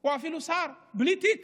הוא אפילו שר בלי תיק